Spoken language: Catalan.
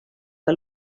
que